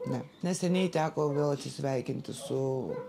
ne neseniai teko vėl atsisveikinti su